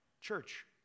Church